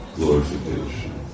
glorification